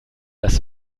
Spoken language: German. das